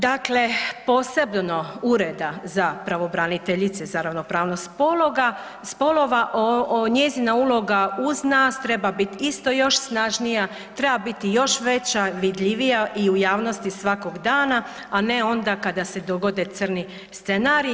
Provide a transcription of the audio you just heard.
Dakle, posebno Ureda pravobraniteljice za ravnopravnost spolova, njezina uloga uz nas treba biti isto još snažnija, treba biti još veća, vidljivija i u javnosti svakog dana, a ne onda kada se dogodi crni scenarij.